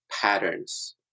patterns